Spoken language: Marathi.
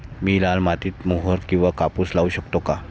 मी लाल मातीत मोहरी किंवा कापूस लावू शकतो का?